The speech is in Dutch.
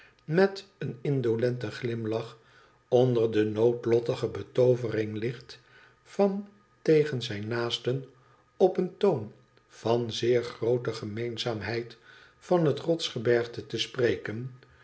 met een indolenten glimlach onder de noodlottige betoovering ligt van tegen zijn naasten op een toon van zeer groate gemeenzaamheid van het rotsgebergte te spreken